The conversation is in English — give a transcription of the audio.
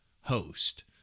host